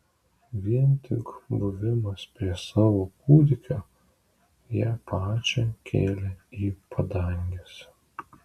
vien tik buvimas prie savo kūdikio ją pačią kėlė į padanges